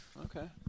Okay